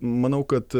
manau kad